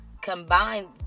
combined